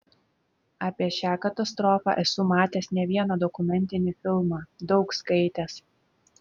apie šią katastrofą esu matęs ne vieną dokumentinį filmą daug skaitęs